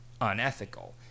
unethical